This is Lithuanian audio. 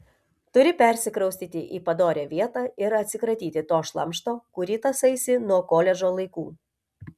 turi persikraustyti į padorią vietą ir atsikratyti to šlamšto kurį tąsaisi nuo koledžo laikų